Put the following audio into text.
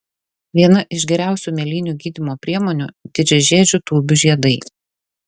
viena iš geriausių mėlynių gydymo priemonių didžiažiedžių tūbių žiedai